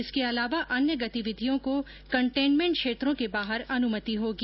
इसके अलावा अन्य गतिविधियों को कन्टेंटमेंट क्षेत्रों के बाहर अनुमति होगी